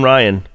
Ryan